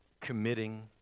committing